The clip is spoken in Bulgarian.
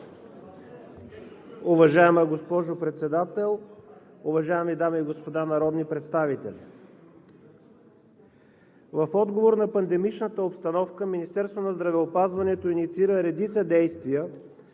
Уважаема госпожо Председател, уважаеми дами и господа народни представители! В отговор на пандемичната обстановка Министерството на здравеопазването инициира редица действия,